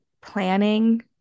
planning